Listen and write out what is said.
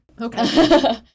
Okay